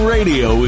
Radio